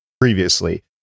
previously